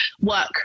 work